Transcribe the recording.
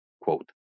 quote